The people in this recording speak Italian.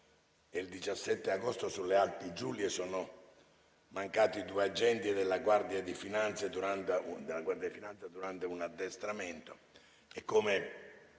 Il 17 agosto, sulle Alpi Giulie, sono mancati due agenti della Guardia di finanza durante un addestramento.